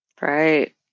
right